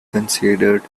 considered